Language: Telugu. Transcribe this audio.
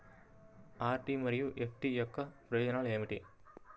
ఆర్.డీ మరియు ఎఫ్.డీ యొక్క ప్రయోజనాలు ఏమిటి?